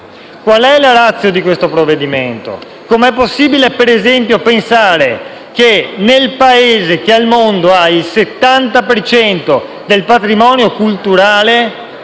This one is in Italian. Qual è la *ratio* di questo provvedimento? Com'è possibile, ad esempio, pensare che nel Paese che ha il 70 per cento del patrimonio culturale,